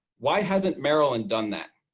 why hasn't maryland done that?